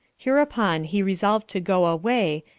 hereupon he resolved to go away,